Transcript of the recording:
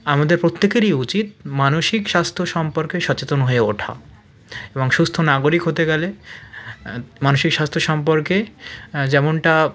আমাদের প্রত্যেকেরই উচিত মানসিক স্বাস্থ্য সম্পর্কে সচেতন হয়ে ওঠা এবং সুস্থ নাগরিক হতে গেলে মানুষের স্বাস্থ্য সম্পর্কে যেমনটা